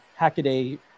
Hackaday